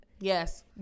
Yes